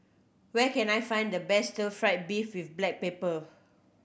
where can I find the best Stir Fry beef with black pepper